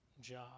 job